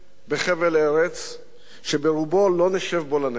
בחבל ארץ שברובו לא נשב לנצח.